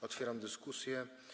Otwieram dyskusję.